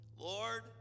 Lord